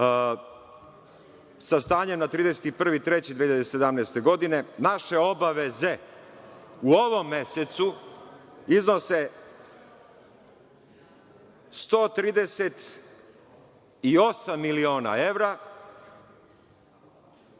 sa stanjem na 31.3.2017. godine, naše obaveze u ovom mesecu iznose 138 miliona evra